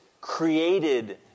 created